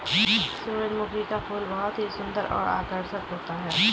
सुरजमुखी का फूल बहुत ही सुन्दर और आकर्षक होता है